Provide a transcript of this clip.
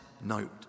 note